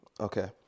Okay